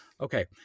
Okay